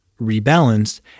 rebalanced